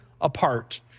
apart